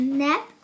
nap